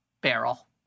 barrel